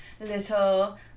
little